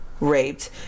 raped